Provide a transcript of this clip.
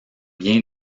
bien